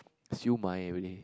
siew-mai everyday